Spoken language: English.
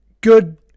good